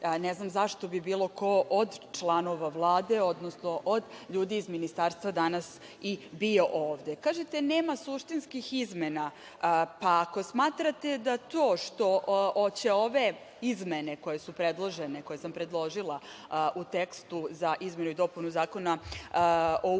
ne znam zašto bi bilo kod od članova Vlade, odnosno od ljudi iz ministarstva danas i bio ovde? Kažete, nema suštinskih izmena, pa ako smatrate da to što ove izmene koje su predložene, koje sam predložila u tekstu za izmenu i dopunu Zakona o upisu